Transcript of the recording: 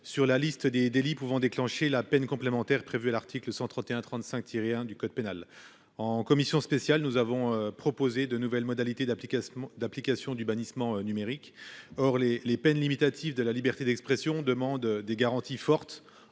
sur celle des délits pouvant déclencher la peine complémentaire prévue à l’article 131 35 1 du code pénal. Au sein la commission spéciale, nous avons proposé de nouvelles modalités d’application du bannissement numérique. Or les peines limitatives de la liberté d’expression rendent nécessaires des garanties fortes